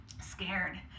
scared